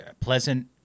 pleasant